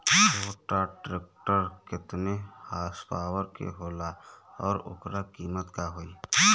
छोटा ट्रेक्टर केतने हॉर्सपावर के होला और ओकर कीमत का होई?